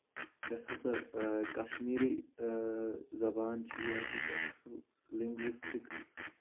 یۄس ہسا کشمیٖری زبان چھِ یہِ ہَسا چھِ اَصٕل لنٛگوِسٹِک